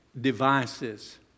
devices